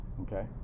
Okay